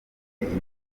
inyuma